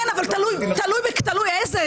כן, אבל תלוי איזה.